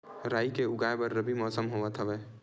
राई के उगाए बर रबी मौसम होवत हवय?